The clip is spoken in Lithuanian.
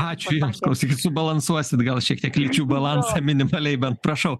ačiū jums klausykit subalansuosit gal šiek tiek lyčių balansą minimaliai bent prašau